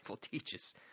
teaches